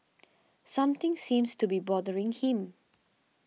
something seems to be bothering him